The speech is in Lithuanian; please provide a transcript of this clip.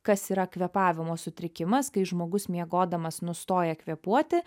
kas yra kvėpavimo sutrikimas kai žmogus miegodamas nustoja kvėpuoti